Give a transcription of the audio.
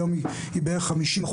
היום היא בערך 50%,